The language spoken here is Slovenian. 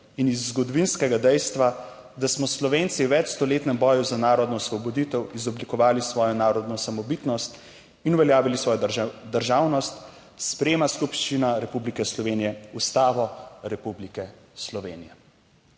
in iz zgodovinskega dejstva, da smo Slovenci v večstoletnem boju za narodno osvoboditev izoblikovali svojo narodno samobitnost in uveljavili svojo državnost, sprejema skupščina republike Slovenije, Ustavo Republike Slovenije."